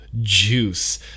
juice